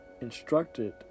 instructed